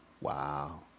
Wow